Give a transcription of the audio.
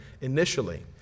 initially